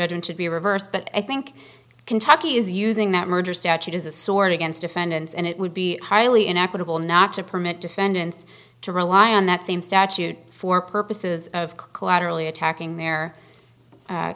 judge and should be reversed but i think kentucky is using that murder statute as a sword against defendants and it would be highly inequitable not to permit defendants to rely on that same statute for purposes of collaterally attacking their